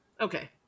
Okay